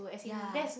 ya